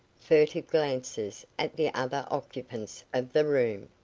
furtive glances at the other occupants of the room.